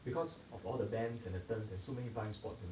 because of all the bends and the turns and so many blind spots you know